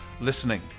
listening